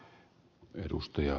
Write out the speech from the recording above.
arvoisa puhemies